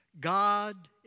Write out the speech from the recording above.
God